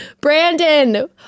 Brandon